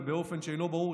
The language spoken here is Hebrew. ובאופן שאינו ברור,